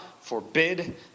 forbid